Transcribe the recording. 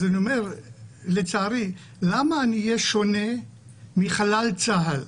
אז אני אומר, לצערי, למה אני אהיה שונה מחלל צה"ל?